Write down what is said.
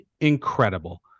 incredible